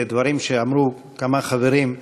לדברים שאמרו כמה חברים.